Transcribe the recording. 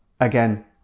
again